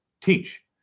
teach